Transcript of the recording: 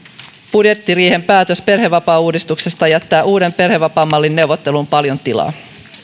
budjettiriihen päätös perhevapaauudistuksesta jättää uuden perhevapaamallin neuvotteluun paljon tilaa